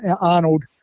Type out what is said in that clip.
Arnold